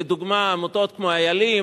לדוגמה עמותות כמו "איילים",